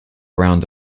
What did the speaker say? round